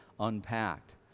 unpacked